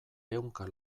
ehunka